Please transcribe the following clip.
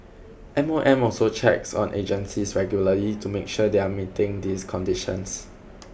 M O M also checks on agencies regularly to make sure they are meeting these conditions